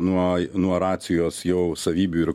nuo nuo racijos jau savybių ir